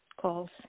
calls